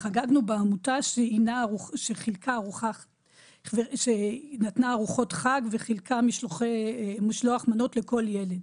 חגגנו בעמותה שנתנה ארוחות חג וחילקה משלוח מנות לכל ילד.